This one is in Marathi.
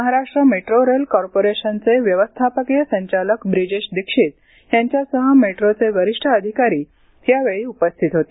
महाराष्ट्र मेट्रो रेल कार्पोरेशनचे व्यवस्थापकीय संचालक ब्रिजेश दीक्षित यांच्यासह मेट्रोचे वरिष्ठ अधिकारी यावेळी उपस्थित होते